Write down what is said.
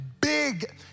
big